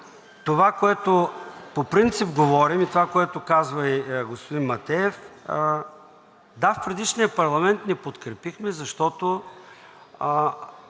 това, което по принцип говорим, и това, което казва и господин Матеев. Да, в предишния парламент не подкрепихме, защото